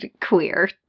queer